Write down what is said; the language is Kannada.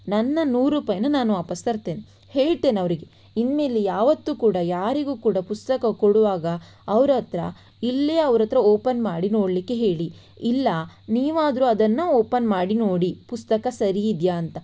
ನನ್ನ ನೂರು ರೂಪಾಯಿಯನ್ನ ನಾನು ವಾಪಸು ತರ್ತೇನೆ ಹೇಳ್ತೇನೆ ಅವರಿಗೆ ಇನ್ನು ಮೇಲೆ ಯಾವತ್ತೂ ಕೂಡ ಯಾರಿಗೂ ಕೂಡ ಪುಸ್ತಕ ಕೊಡುವಾಗ ಅವರ ಹತ್ರ ಇಲ್ಲೇ ಅವರ ಹತ್ರ ಓಪನ್ ಮಾಡಿ ನೋಡಲಿಕ್ಕೆ ಹೇಳಿ ಇಲ್ಲ ನೀವಾದರೂ ಅದನ್ನು ಓಪನ್ ಮಾಡಿ ನೋಡಿ ಪುಸ್ತಕ ಸರಿ ಇದೆಯಾ ಅಂತ